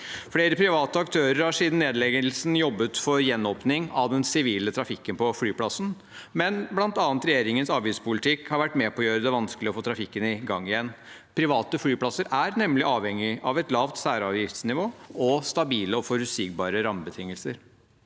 Flere private aktører har siden nedleggelsen jobbet for gjenåpning av den sivile trafikken på flyplassen, men bl.a. regjeringens avgiftspolitikk har vært med på å gjøre det vanskelig å få trafikken i gang igjen. Private flyplasser er nemlig avhengig av et lavt særavgiftsnivå og stabile og forutsigbare rammebetingelser.